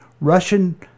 Russian